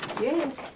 Yes